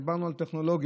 דיברנו על טכנולוגיה.